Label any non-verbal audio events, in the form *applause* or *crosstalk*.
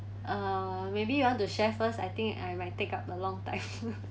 uh maybe you want to share first I think I might take up a long time *laughs*